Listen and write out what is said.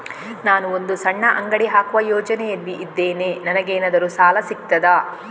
ನಾನು ಒಂದು ಸಣ್ಣ ಅಂಗಡಿ ಹಾಕುವ ಯೋಚನೆಯಲ್ಲಿ ಇದ್ದೇನೆ, ನನಗೇನಾದರೂ ಸಾಲ ಸಿಗ್ತದಾ?